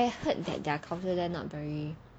I heard that their culture there not very